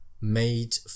made